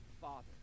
Father